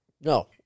no